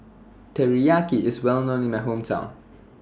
Teriyaki IS Well known in My Hometown